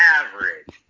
average